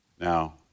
Now